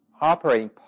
operating